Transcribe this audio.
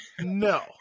No